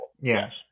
Yes